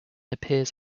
appears